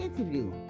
interview